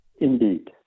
Indeed